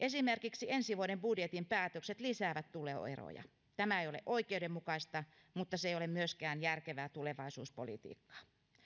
esimerkiksi ensi vuoden budjetin päätökset lisäävät tuloeroja tämä ei ole oikeudenmukaista mutta se ei ole myöskään järkevää tulevaisuuspolitiikkaa